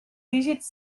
dígits